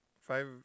Five